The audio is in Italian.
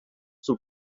sul